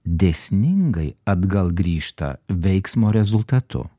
dėsningai atgal grįžta veiksmo rezultatu